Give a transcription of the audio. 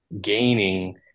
gaining